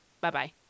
Bye-bye